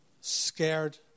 scared